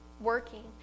working